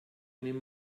nimm